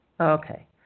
Okay